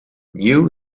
new